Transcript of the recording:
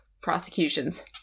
prosecutions